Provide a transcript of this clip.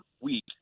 week